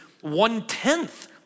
one-tenth